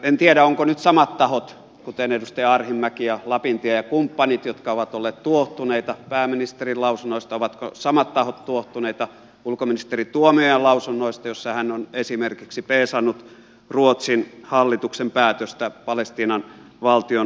en tiedä ovatko nyt samat tahot edustaja arhinmäki ja lapintie ja kumppanit jotka ovat olleet tuohtuneita pääministerin lausunnoista tuohtuneita ulkoministeri tuomiojan lausunnoista joissa hän on esimerkiksi peesannut ruotsin hallituksen päätöstä palestiinan valtion tunnustamisesta